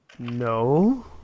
No